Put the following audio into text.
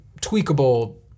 tweakable